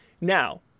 Now